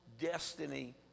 destiny